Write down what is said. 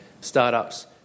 startups